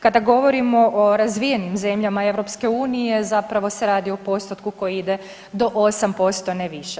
Kada govorimo o razvijenim zemljama EU zapravo se radi o postotku koji ide do 8%, ne više.